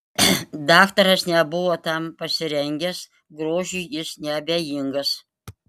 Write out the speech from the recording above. daktaras nebuvo tam pasirengęs grožiui jis neabejingas